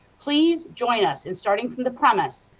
please join us in starting from the premise,